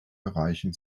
bereichen